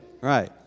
right